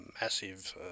massive